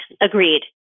agreed